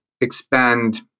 expand